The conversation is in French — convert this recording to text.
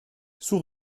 sous